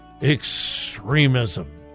extremism